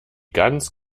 ganz